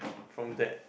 from that